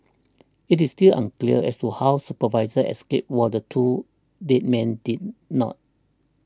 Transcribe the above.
it is still unclear as to how the supervisor escaped while the two dead men did not